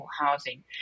housing